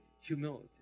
humility